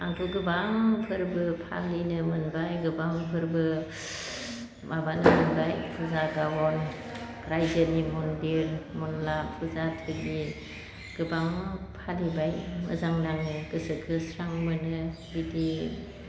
आंथ' गोबां फोरबो फालिनो मोनबाय गोबां फोरबो माबानो मोनबाय फुजा गावन रायजोनि मन्दिर मनना फुजाथिलि गोबां फालिबाय मोजां नाङो गोसोखो स्रां मोनो बिदि